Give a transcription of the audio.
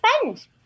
spend